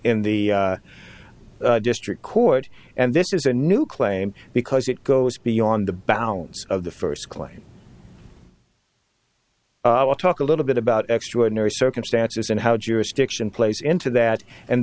in the district court and this is a new claim because it goes beyond the bounds of the first claim well talk a little bit about extraordinary circumstances and how jurisdiction plays into that and